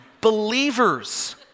believers